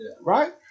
Right